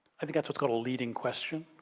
i think that's what's called a leading question.